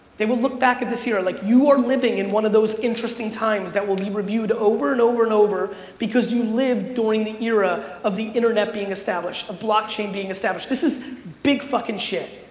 they will look back at this year like you are living in one of those interesting times that will be reviewed over and over and over because you live during the era of the internet being established, a blockchain being established. this is big fucking shit.